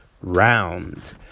round